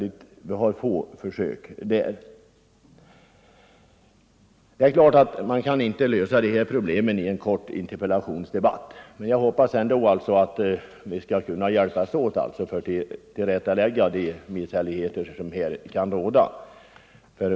Om en provisorisk Det är klart att det inte är möjligt att lösa de här problemen genom = jordförvärvslagstiftatt diskutera dem i en kort interpellationsdebatt, men jag hoppas att = ning vi skall kunna hjälpas åt att rätta till de missförhållanden som kan råda.